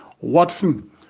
Watson